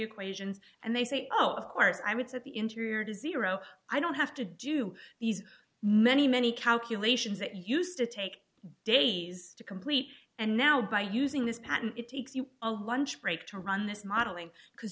equations and they say oh of course i would say the interior dizzy or oh i don't have to do these many many calculations that used to take days to complete and now by using this patent it takes you a lunch break to run this modeling because